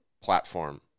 platform